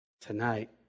tonight